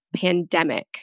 pandemic